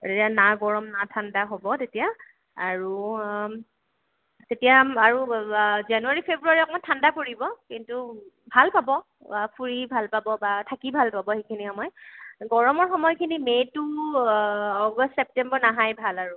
তেতিয়া না গৰম না ঠাণ্ডা হ'ব তেতিয়া আৰু তেতিয়া আৰু জানুৱাৰী ফেব্ৰুৱাৰী অকণমান ঠাণ্ডা পৰিব কিন্তু ভাল পাব ফুৰি ভাল পাব বা থাকি ভাল পাব সেইখিনি সময়ত গৰমৰ সময়খিনি মে' টু আগষ্ট ছেপ্টেম্বৰ নহাই ভাল আৰু